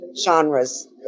genres